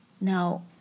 Now